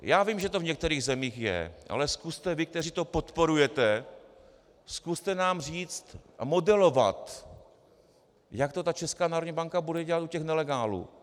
Já vím, že to v některých zemích je, ale zkuste vy, kteří to podporujete, zkuste nám říct a modelovat, jak to Česká národní banka bude dělat u těch nelegálů.